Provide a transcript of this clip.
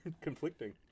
conflicting